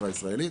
חברה ישראלית,